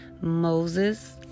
Moses